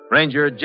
Ranger